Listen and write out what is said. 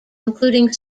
including